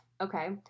Okay